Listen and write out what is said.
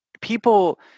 people